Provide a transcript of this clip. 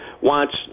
wants